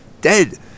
Dead